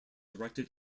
erected